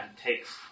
takes